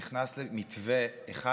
נכנס מתווה אחד,